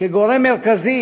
כגורם מרכזי